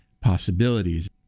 possibilities